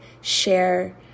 share